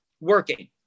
working